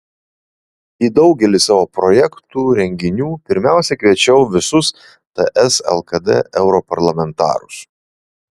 į daugelį savo projektų renginių pirmiausia kviečiau visus ts lkd europarlamentarus